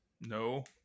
no